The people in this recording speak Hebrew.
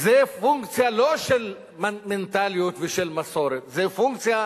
זה פונקציה לא של מנטליות ושל מסורת, זה פונקציה